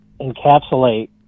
encapsulate